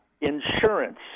insurance